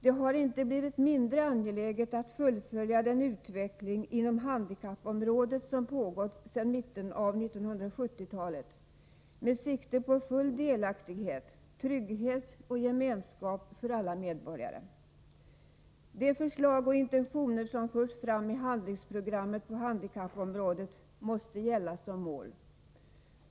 Det har inte blivit mindre angeläget att fullfölja den utveckling inom handikappområdet som pågått sedan mitten av 1970-talet, med sikte på full delaktighet, trygghet och gemenskap för alla medborgare. De förslag och intentioner som förs fram i handlingsprogrammet på handikappområdet måste gälla som mål.